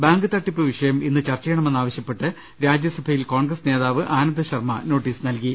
bank തട്ടിപ്പ് വിഷയം ഇന്ന് ചർച്ച ചെയ്യണമെന്നാവശ്യപ്പെട്ട് രാജ്യസഭ യിൽ കോൺഗ്രസ് നേതാവ് ആനന്ദ് ശർമ്മ നോട്ടീസ് നൽകി